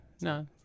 No